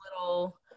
little